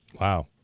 Wow